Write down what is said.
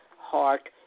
heart